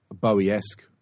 Bowie-esque